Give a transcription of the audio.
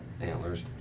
antlers